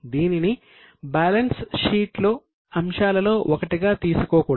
దీనిని బ్యాలెన్స్ షీట్లో అంశాలలో ఒకటిగా తీసుకోకూడదు